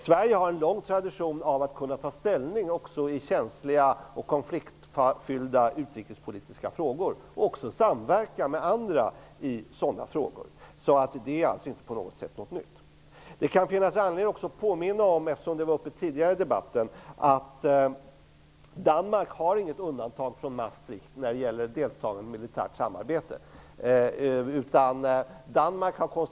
Sverige har en lång tradition av att kunna ta ställning i känsliga och konfliktfyllda utrikespolitiska frågor och av att kunna samverka med andra i sådana frågor. Detta är alltså inte på något sätt någonting nytt. Det kan finnas anledning att påminna om att Danmark inte har gjort något undantag från Maastrichtavtalet när det gäller deltagandet i ett militärt samarbete. Det var uppe tidigare i debatten.